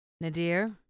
Nadir